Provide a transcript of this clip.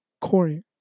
Corey